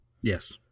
Yes